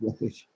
right